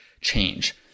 change